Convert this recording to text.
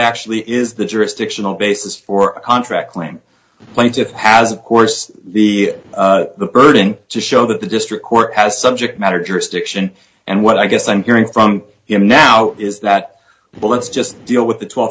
actually is the jurisdictional basis for untracked claim plaintiff has of course the the burden to show that the district court has subject matter jurisdiction and what i guess i'm hearing from you now is that well let's just deal with the